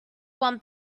one